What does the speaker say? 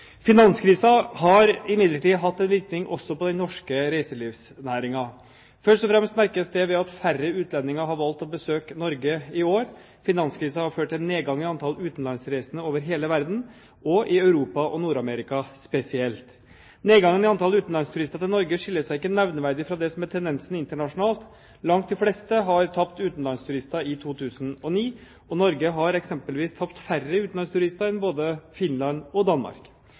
har imidlertid hatt en virkning også på den norske reiselivsnæringen. Først og fremst merkes det ved at færre utlendinger har valgt å besøke Norge i år. Finanskrisen har ført til nedgang i antallet utenlandsreisende over hele verden, og i Europa og Nord-Amerika spesielt. Nedgangen i antallet utenlandsturister til Norge skiller seg ikke nevneverdig fra det som er tendensen internasjonalt. Langt de fleste har tapt utenlandsturister i 2009, og Norge har eksempelvis tapt færre utenlandsturister enn både Finland og Danmark.